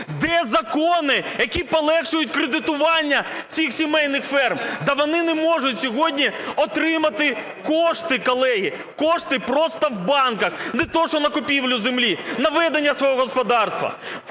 Де закони, які полегшують кредитування цих сімейних ферм? Да вони не можуть сьогодні отримати кошти, колеги. Кошти просто в банках не то, що на купівлю землі, на ведення свого господарства.